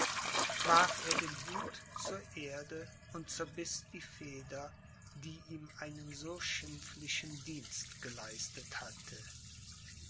warf er den hut zur erde und zerbiß die feder die ihm einen so schimpflichen dienst geleistet hatte